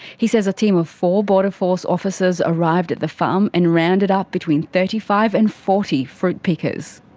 he says a team of four border force officers arrived at the farm and rounded up between thirty five and forty fruit pickers.